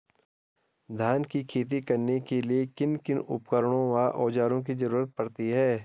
धान की खेती करने के लिए किन किन उपकरणों व औज़ारों की जरूरत पड़ती है?